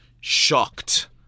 shocked